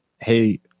Hey